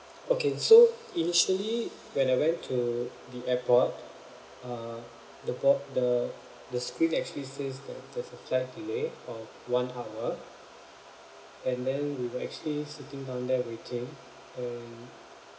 okay so initially when I went to the airport uh the board the the screen actually says that there's a flight delay of one hour and then we were actually sitting down there waiting um